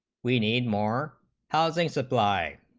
we need more housing supply